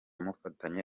mufatanye